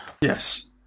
yes